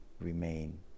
remain